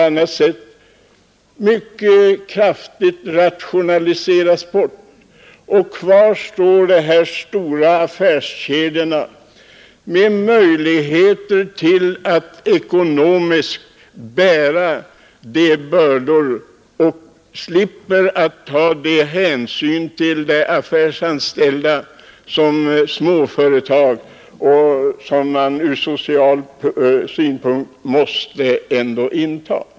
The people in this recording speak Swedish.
att mycket kraftigt rationaliseras bort, och kvar står därpå de stora affärskedjorna som har möjlighet att bära de ekonomiska bördorna och som slipper att ta de hänsyn till de affärsanställda som småföretag ur social synpunkt ändå måste ta.